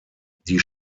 die